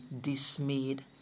dismayed